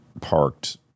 parked